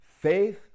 Faith